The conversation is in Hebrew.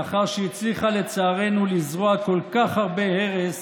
לאחר שהצליחה, לצערנו, לזרוע כל כך הרבה הרס